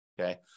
Okay